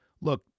Look